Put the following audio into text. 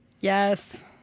Yes